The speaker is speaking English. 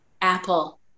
Apple